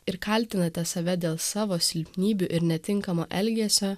ir kaltinate save dėl savo silpnybių ir netinkamo elgesio